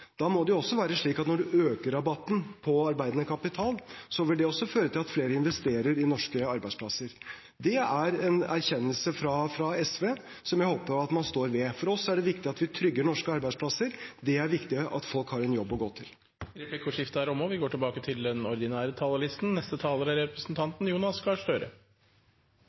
Da må det også være slik at når man øker rabatten på arbeidende kapital, vil det føre til at flere investerer i norske arbeidsplasser. Det er en erkjennelse fra SV som jeg håper man står ved. For oss er det viktig at vi trygger norske arbeidsplasser. Det er viktig at folk har en jobb å gå til. Replikkordskiftet er omme. Det er blitt et dramatisk år, og det har vi